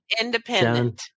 independent